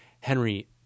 Henry